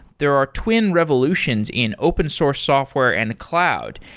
there are twin revolutions in open source software and cloud.